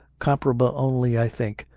comparable only, i think,